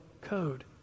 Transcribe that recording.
code